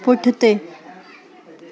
पुठिते